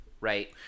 right